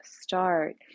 start